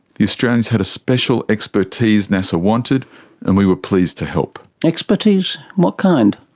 the australians had a special expertise nasa wanted and we were pleased to help. expertise? what kind?